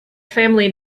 family